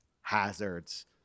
hazards